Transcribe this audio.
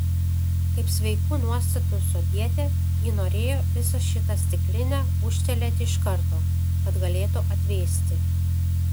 kaip sveikų nuostatų sodietė ji norėjo visą šitą stiklinę ūžtelėti iš karto kad galėtų atvėsti